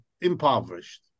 impoverished